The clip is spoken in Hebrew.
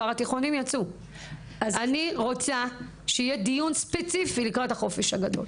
אני רוצה שיהיה דיון ספציפי לקראת החופש הגדול.